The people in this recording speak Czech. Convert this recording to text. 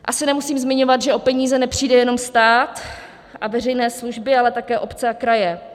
Asi nemusím zmiňovat, že o peníze nepřijde jenom stát a veřejné služby, ale také obce a kraje.